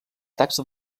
taxa